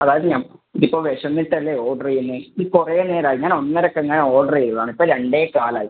അതായത് ഞാന് ഇപ്പോൾ വിശന്നിട്ടല്ലേ ഓർഡറ് ചെയ്യുന്നത് ഈ കുറെ നേരം ആയി ഞാൻ ഒന്നരയ്ക്ക് എങ്ങനെയാണ്ടു ഓർഡർ ചെയ്തതാണ് ഇപ്പോൾ രണ്ടേകാലായി